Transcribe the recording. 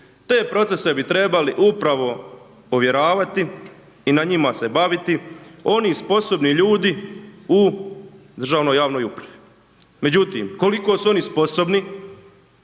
Te procese bi trebali upravo ovjeravati i na njima se baviti oni sposobni ljudi u državnoj javnoj upravi. Međutim, koliko su oni sposobni